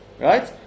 Right